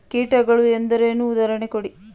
ಕೀಟಗಳು ಎಂದರೇನು? ಉದಾಹರಣೆ ಕೊಡಿ?